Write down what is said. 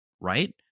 Right